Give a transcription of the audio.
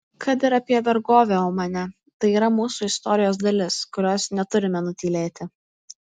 kad ir apie vergovę omane tai yra mūsų istorijos dalis kurios neturime nutylėti